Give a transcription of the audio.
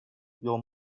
your